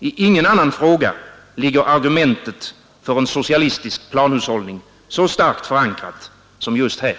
I ingen annan fråga ligger argumentet för en socialistisk planhushållning så starkt förankrat som just här.